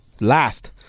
Last